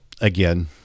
Again